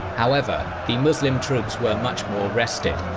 however, the muslim troops were much more rested,